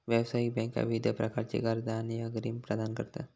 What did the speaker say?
व्यावसायिक बँका विविध प्रकारची कर्जा आणि अग्रिम प्रदान करतत